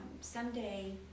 someday